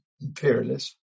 imperialist